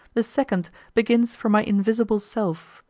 the second begins from my invisible self,